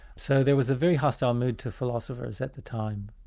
so there was a very hostile mood to philosophers at the time.